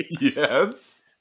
Yes